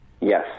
Yes